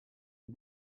les